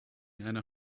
einer